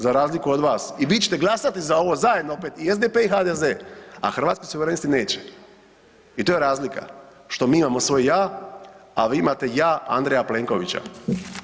Za razliku od vas, i vi ćete glasati za ovo zajedno opet i SDP i HDZ, a Hrvatski suverenisti neće i to je razlika što mi imamo svoje ja, a vi imate ja Andreja Plenkovića.